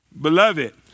Beloved